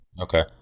Okay